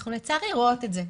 לצערי אנחנו רואות את זה.